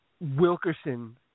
Wilkerson